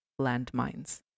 landmines